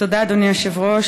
תודה, אדוני היושב-ראש.